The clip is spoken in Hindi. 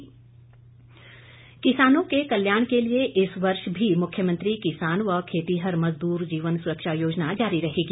किसान किसानों के कल्याण के लिए इस वर्ष भी मुख्यमंत्री किसान व खेतीहर मजदूर जीवन सुरक्षा योजना जारी रहेगी